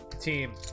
Team